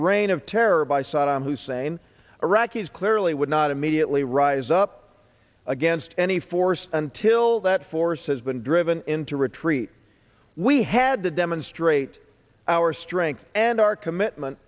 reign of terror by saddam hussein iraqis clearly would not immediately rise up against any force until that force has been driven into retreat we had to demonstrate our strength and our commitment